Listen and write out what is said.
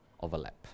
overlap